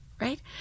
right